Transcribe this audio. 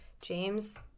James